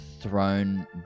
thrown